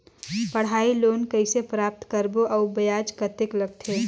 पढ़ाई लोन कइसे प्राप्त करबो अउ ब्याज कतेक लगथे?